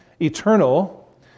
eternal